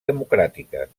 democràtiques